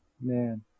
Man